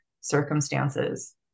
circumstances